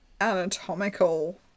anatomical